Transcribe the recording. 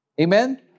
Amen